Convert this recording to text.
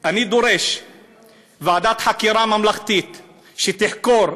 אני דורש ועדת חקירה ממלכתית שתחקור,